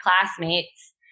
classmates